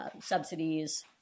subsidies